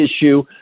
issue